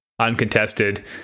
uncontested